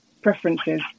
preferences